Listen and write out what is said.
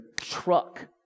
truck